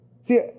See